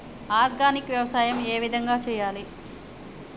Organic వ్యవసాయం ఏ విధంగా చేయాలి?